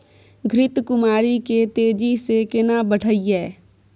घृत कुमारी के तेजी से केना बढईये?